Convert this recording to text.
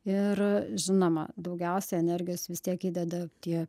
ir žinoma daugiausia energijos vis tiek įdeda tie